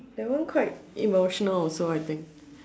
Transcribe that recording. that one quite emotional also I think